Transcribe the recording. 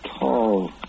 tall